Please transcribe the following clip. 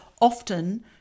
often